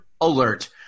alert